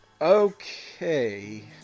okay